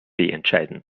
entscheiden